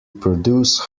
produce